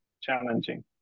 challenging